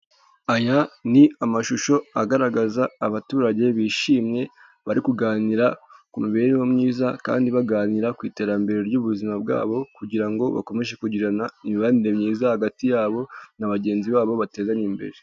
Aya ni amashusho agaragaza abaturage bishimye, bari kuganira ku mibereho myiza, kandi baganira ku iterambere ry'ubuzima bwabo, kugira ngo bakomeze kugirana imibanire myiza hagati yabo na bagenzi babo, bateganye imbere.